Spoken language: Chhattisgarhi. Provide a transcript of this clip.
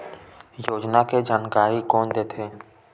योजना के जानकारी कोन दे थे?